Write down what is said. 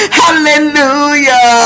hallelujah